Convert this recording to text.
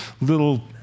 little